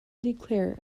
declare